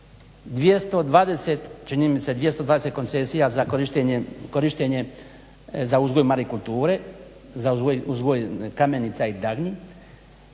za korištenje za uzgoj marikulture, za uzgoj kamenica i dagnji.